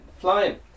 flying